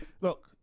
look